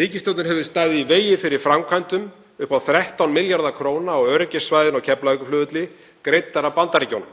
Ríkisstjórnin hefur staðið í vegi fyrir framkvæmdum upp á 13 milljarða kr. á öryggissvæðinu á Keflavíkurflugvelli, greiddar af Bandaríkjunum.